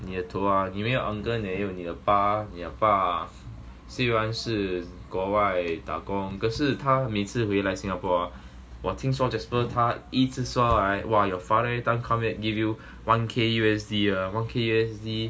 你的头 ah 你没有 uncle 你也有你的爸你的爸虽然是国外打工可是他每次回来 singapore 我听说 jasper 他一直说 right !wah! your father everytime come back give you one K U_S_D ah one K U_S_D